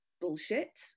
bullshit